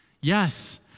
Yes